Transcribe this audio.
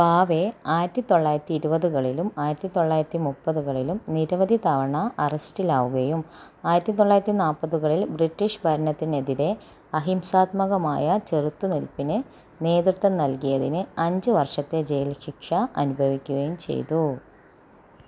ഭാവെ ആയിരത്തി തൊള്ളായിരത്തി ഇരുപതുകളിലും ആയിരത്തി തൊള്ളായിരത്തി മുപ്പതുകളിലും നിരവധി തവണ അറസ്റ്റിലാവുകയും ആയിരത്തി തൊള്ളായിരത്തി നാപ്പതുകളിൽ ബ്രിട്ടീഷ് ഭരണത്തിനെതിരെ അഹിംസാത്മകമായ ചെറുത്തുനിൽപ്പിന് നേതൃത്വം നൽകിയതിന് അഞ്ച് വർഷത്തെ ജയിൽ ശിക്ഷ അനുഭവിക്കുകയും ചെയ്തു